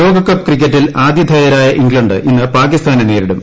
ലോകകപ്പ് ക്രിക്കറ്റിൽ ആതിഥേയരായ ഇംഗ്ലണ്ട് ഇന്ന് പാകിസ്ഥാനെ നേരിടും